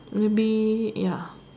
maybe ya